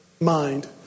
mind